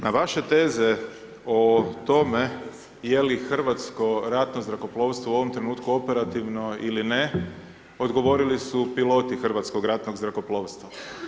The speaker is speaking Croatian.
Na vaše teze o tome je li Hrvatsko ratno zrakoplovstvo u ovom trenutku operativno ili ne, odgovorili su piloti Hrvatskog ratnog zrakoplovstva.